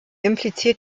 impliziert